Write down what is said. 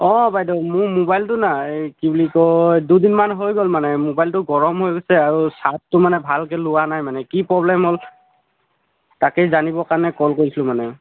অ বাইদেউ মোৰ মোবাইলটো নাই কি বুলি কয় দুদিনমান হৈ গ'ল মানে মোবাইলটো গৰম হৈ গৈছে আৰু চাৰ্জটো মানে ভালকৈ লোৱা নাই মানে কি প্ৰব্লেম হ'ল তাকে জানিবৰ কাৰণে কল কৰিছোঁ মানে